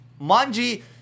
Manji